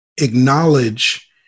acknowledge